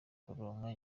kuronka